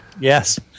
Yes